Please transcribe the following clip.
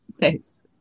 Thanks